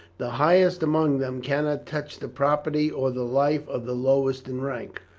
the highest among them cannot touch the property or the life of the lowest in rank.